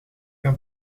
een